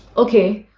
okay.